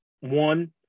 one